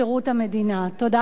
תודה רבה, אדוני היושב-ראש.